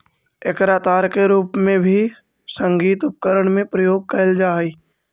एकरा तार के रूप में भी संगीत उपकरण में प्रयोग कैल जा हई